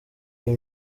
iyi